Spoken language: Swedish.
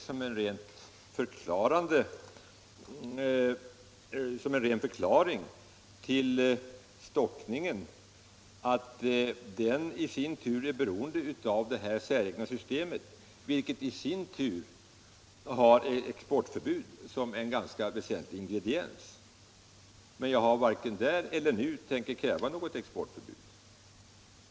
Jag har bara sagt som en ren förklaring till stockningen att den i sin tur är beroende av det säregna systemet, vilket i sin tur har exportförbud som en ganska väsentlig ingrediens. Men jag har varken krävt eller tänker kräva hävande av det gällande exportförbudet.